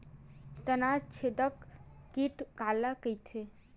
तनाछेदक कीट काला कइथे?